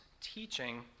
teaching